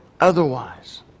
otherwise